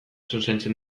zuzentzen